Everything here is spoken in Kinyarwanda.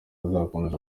azakomeza